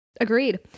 Agreed